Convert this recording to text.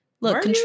Look